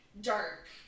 dark